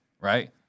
right